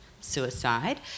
suicide